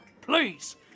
Please